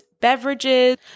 beverages